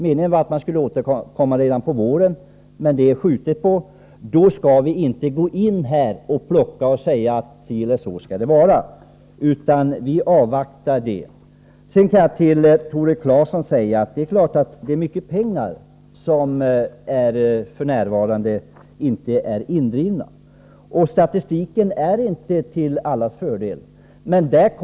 Meningen var att man skulle återkomma redan på våren, men detta är uppskjutet. Då skall vi inte gå in och plocka och säga att det skall vara si eller så, utan vi avvaktar. Jag kan säga till Tore Claeson att det är klart att det är mycket pengar som f.n. inte är indrivna, och statistiken är inte till allas fördel.